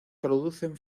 producen